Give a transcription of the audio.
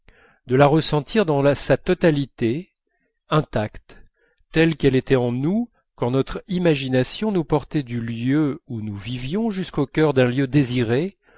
de la ressentir dans sa totalité intacte telle quelle était dans notre pensée quand notre imagination nous portait du lieu où nous vivions jusqu'au cœur d'un lieu désiré